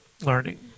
Learning